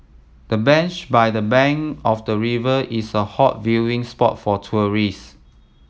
the bench by the bank of the river is a hot viewing spot for tourist